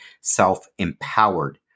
self-empowered